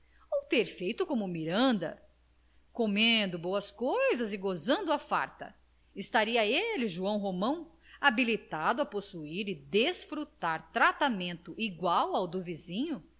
ter feito como o miranda comendo boas coisas e gozando à farta estaria ele joão romão habilitado a possuir e desfrutar tratamento igual ao do vizinho